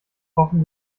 pochen